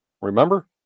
Remember